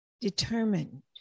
determined